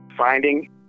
Finding